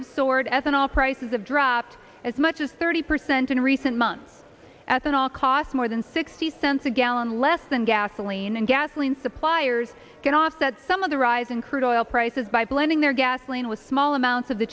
ethanol prices have dropped as much as thirty percent in recent months at an all cost more than sixty cents a gallon less than gasoline and gasoline suppliers get off that some of the rise in crude oil prices by blending their gasoline with small amounts of the